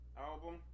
album